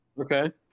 Okay